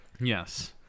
Yes